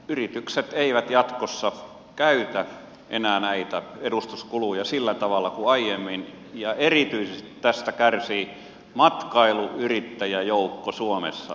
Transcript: yritykset eivät jatkossa käytä enää näitä edustuskuluja sillä tavalla kuin aiemmin ja tästä kärsii erityisesti matkailuyrittäjäjoukko suomessa erityisen paljon